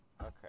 Okay